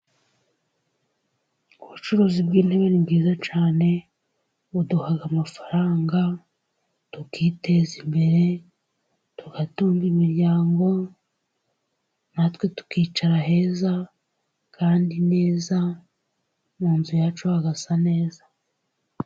Ubucuruzi bw'intebe ni bwiza cyane buduha amafaranga, tukiteza imbere tugatunga imiryango natwe tukicara heza kandi neza mu nzu yacu hagasa neza.